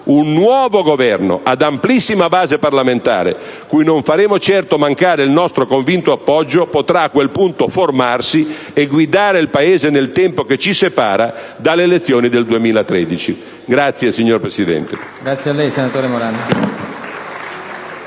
Un nuovo Governo ad amplissima base parlamentare, cui non faremo certo mancare il nostro convinto appoggio, potrà a quel punto formarsi e guidare il Paese nel tempo che ci separa dalle elezioni del 2013. Chiedo infine, signor Presidente,